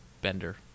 bender